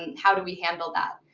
and how do we handle that?